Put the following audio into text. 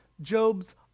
Job's